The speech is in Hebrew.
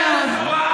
אבל עכשיו אל תפריע לה.